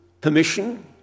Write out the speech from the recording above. permission